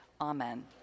Amen